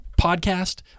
podcast